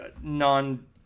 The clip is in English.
non